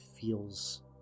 feels